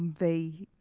they,